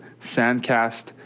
SANDCAST